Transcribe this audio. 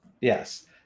Yes